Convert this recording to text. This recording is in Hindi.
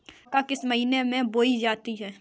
मक्का किस महीने में बोई जाती है?